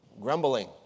Grumbling